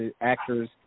actors